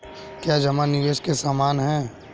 क्या जमा निवेश के समान है?